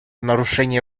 нарушение